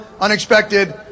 unexpected